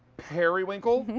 perry winkle.